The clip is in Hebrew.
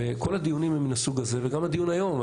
כל הדיונים הם מן הסוג הזה וגם הדיון היום.